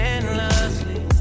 Endlessly